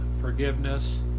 forgiveness